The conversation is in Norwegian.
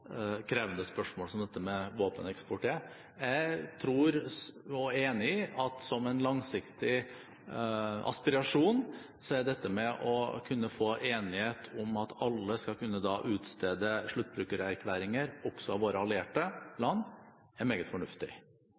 krevende spørsmål som dette med våpeneksport er. Jeg tror – og jeg er enig i – at som en langsiktig aspirasjon er dette med å kunne få enighet om at alle skal kunne utstede sluttbrukererklæringer, også av våre allierte land, meget fornuftig.